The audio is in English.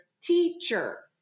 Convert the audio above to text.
teacher